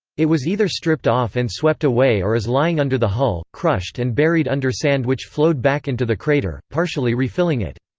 it was either stripped off and swept away or is lying under the hull, crushed and buried under sand which flowed back into the crater, partially refilling it.